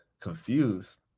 confused